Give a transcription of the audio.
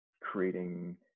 creating